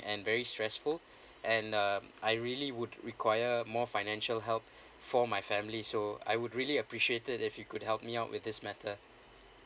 and very stressful and um I really would require more financial help for my family so I would really appreciate it if you could help me out with this matter